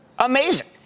Amazing